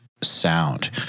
sound